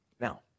now